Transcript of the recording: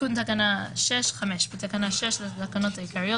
תיקון תקנה 6 בתקנה 6 לתקנות העיקריות,